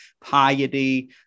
piety